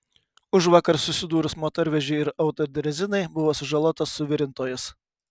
užvakar susidūrus motorvežiui ir autodrezinai buvo sužalotas suvirintojas